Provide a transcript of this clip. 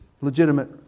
legitimate